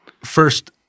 first